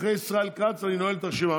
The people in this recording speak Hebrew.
אחרי ישראל כץ אני נועל את הרשימה.